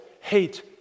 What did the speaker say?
hate